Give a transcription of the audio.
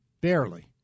Barely